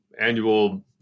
annual